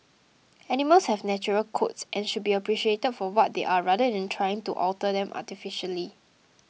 animals have natural coats and should be appreciated for what they are rather than trying to alter them artificially